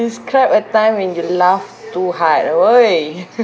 describe a time when you laugh too hard !oi!